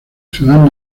ciudad